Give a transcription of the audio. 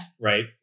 Right